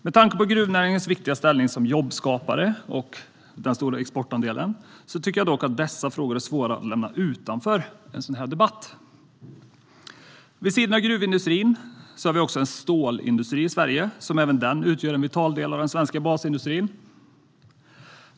Med tanke på gruvnäringens viktiga ställning som jobbskapare och den stora exportandelen tycker jag dock att dessa frågor är svåra att lämna utanför en sådan här debatt. Vid sidan av gruvindustrin har vi en stålindustri i Sverige som även den utgör en vital del av den svenska basindustrin.